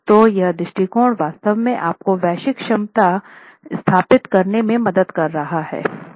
तो यह दृष्टिकोण वास्तव में आपको वैश्विक क्षमता स्थापित करने में मदद कर रहा है